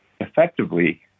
Effectively